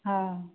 हा